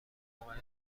واقعه